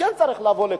כן צריך לבוא לקראתו.